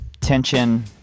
tension